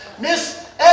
Miss